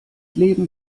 leben